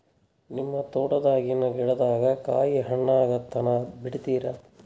ನಿಮ್ಮ ತೋಟದಾಗಿನ್ ಗಿಡದಾಗ ಕಾಯಿ ಹಣ್ಣಾಗ ತನಾ ಬಿಡತೀರ?